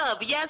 Yes